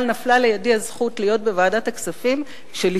אבל נפלה לידי הזכות להיות בוועדת הכספים כאשר